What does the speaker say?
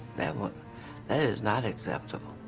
that won't, that is not acceptable.